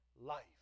life